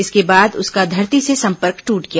इसके बाद उसका धरती से सम्पर्क टूट गया